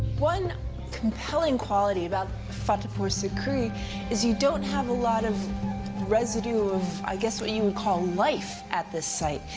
one compelling quality about fatehpur sikri is you don't have a lot of residue of i guess what you would call life at this site.